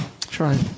try